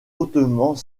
hautement